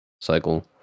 cycle